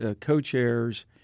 co-chairs